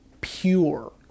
pure